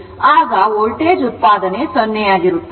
ಆಗ ವೋಲ್ಟೇಜ್ ಉತ್ಪಾದನೆ 0 ಆಗಿರುತ್ತದೆ